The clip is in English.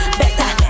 better